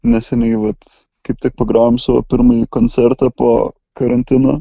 neseniai vat kaip tik pagrojom savo pirmąjį koncertą po karantino